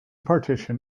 partition